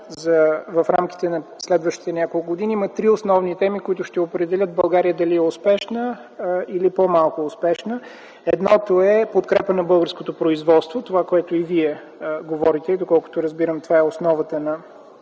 в рамките на следващите няколко години има три основни теми, които ще определят България дали се развива успешно или по-малко успешно. Едното е подкрепа на българското производство – това, което Вие говорите. Доколкото разбирам, това е основата на